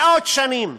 מאות שנים,